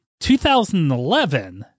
2011